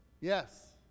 Yes